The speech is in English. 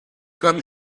come